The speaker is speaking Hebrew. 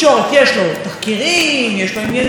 יש פה עניינים שנוגעים לעניינים אחרים,